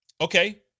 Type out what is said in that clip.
Okay